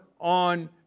on